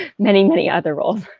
many, many other roles.